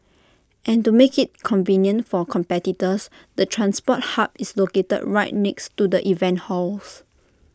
and to make IT convenient for competitors the transport hub is located right next to the event halls